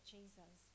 Jesus